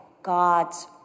God's